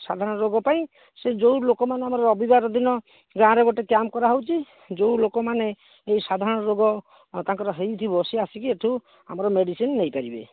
ସାଧାରଣ ରୋଗ ପାଇଁ ସେ ଯୋଉ ଲୋକମାନଙ୍କର ରବିବାର ଦିନ ଗାଁ'ରେ ଗୋଟେ କ୍ୟାମ୍ପ୍ କରାହେଉଛି ଯୋଉ ଲୋକମାନେ ଏଇ ସାଧାରଣ ରୋଗ ତାଙ୍କର ହେଇଥିବ ସେ ଆସିକି ଏଠୁ ଆମର ମେଡିସିନ୍ ନେଇ ପାରିବେ